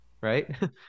right